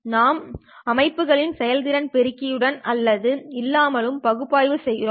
நாம் அமைப்புகளின் செயல்திறனை பெருக்கி உடனும் அல்லது இல்லாமலும் பகுப்பாய்வு செய்கிறோம்